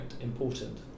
important